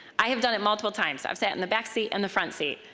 i have done it multiple times i've sat in the back seat and the front seat,